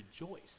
rejoice